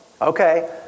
Okay